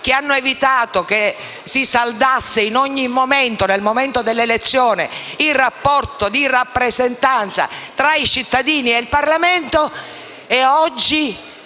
che hanno evitato che si saldasse nel momento dell'elezione il rapporto di rappresentanza tra i cittadini e il Parlamento, e